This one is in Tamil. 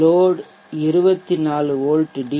load 24 volt D